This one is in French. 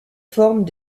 forment